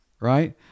Right